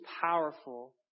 powerful